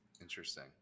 Interesting